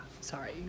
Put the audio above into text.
sorry